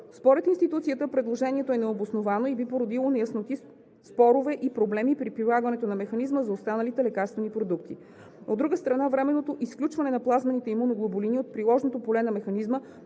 Според институцията предложението е необосновано и би породило неясноти, спорове и проблеми при прилагането на механизма за останалите лекарствени продукти. От друга страна, временното изключване на плазмените имуноглобулини от приложното поле на механизма